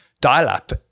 dial-up